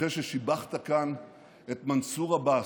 אחרי ששיבחת כאן את מנסור עבאס,